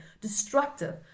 destructive